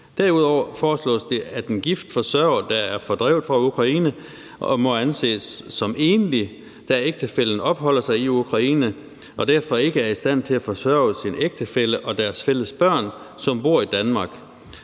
Derudover foreslås det, at en gift forsørger, der er fordrevet fra Ukraine, må anses som enlig, da ægtefællen opholder sig i Ukraine og derfor ikke er i stand til at forsørge sin ægtefælle og deres fælles børn, som bor i Danmark.